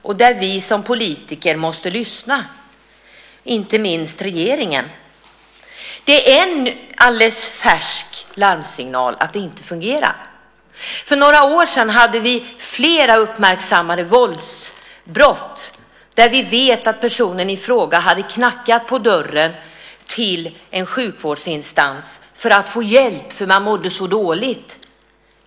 Då måste vi som politiker lyssna. Det gäller inte minst regeringen. Detta är en alldeles färsk larmsignal om att det inte fungerar. För några år sedan inträffade flera uppmärksammade våldsbrott, där vi visste att personen i fråga först hade knackat på hos någon sjukvårdsinstans för att få hjälp, för han mådde så dåligt.